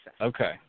Okay